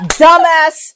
dumbass